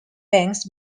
bangs